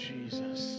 Jesus